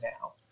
now